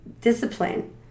discipline